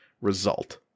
result